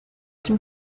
dem